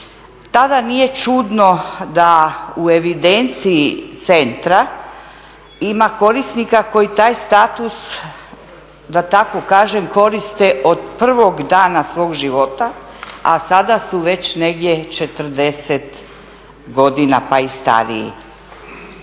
tada nije čudno da u evidenciji centra ima korisnika koji taj status, da tako kažem, koriste od prvog dana svog života, a sada su već negdje 40 godina pa i stariji,